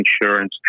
insurance